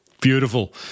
Beautiful